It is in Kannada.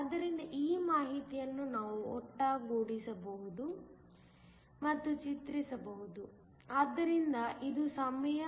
ಆದ್ದರಿಂದ ಈ ಮಾಹಿತಿಯನ್ನು ನಾವು ಒಟ್ಟುಗೂಡಿಸಬಹುದು ಮತ್ತು ಚಿತ್ರಿಸಬಹುದು ಆದ್ದರಿಂದ ಇದು ಸಮಯ